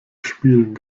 spielen